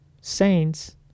saints